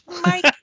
Mike